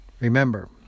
remember